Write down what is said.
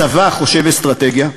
הצבא חושב אסטרטגיה,